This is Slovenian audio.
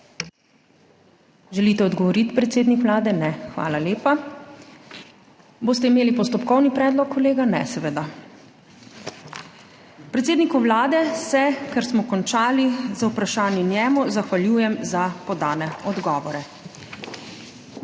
Želite odgovoriti, predsednik Vlade? Ne. Hvala lepa. Boste imeli postopkovni predlog, kolega? Ne, seveda. Predsedniku Vlade se, ker smo končali z vprašanji njemu, zahvaljujem za podane odgovore.